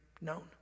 known